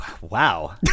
wow